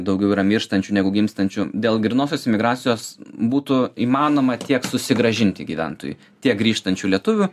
daugiau yra mirštančių negu gimstančių dėl grynosios migracijos būtų įmanoma tiek susigrąžinti gyventojų tiek grįžtančių lietuvių